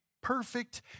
perfect